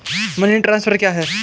Money transfer क्या है?